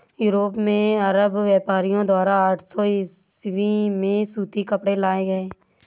Europe में अरब व्यापारियों द्वारा आठ सौ ईसवी में सूती कपड़े लाए गए